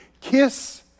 Kiss